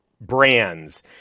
Brands